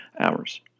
hours